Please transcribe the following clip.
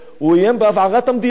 הוא איים בהבערת המדינה.